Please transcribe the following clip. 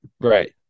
right